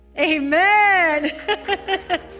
Amen